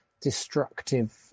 destructive